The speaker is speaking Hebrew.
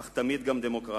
אך תמיד גם דמוקרטית.